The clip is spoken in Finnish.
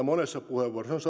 monessa hankintayksikössä on